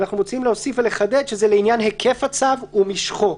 אנחנו רוצים להוסיף ולחדד שזה לעניין היקף הצו או משכו.